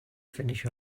finish